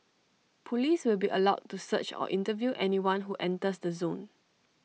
Police will be allowed to search or interview anyone who enters the zone